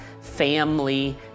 family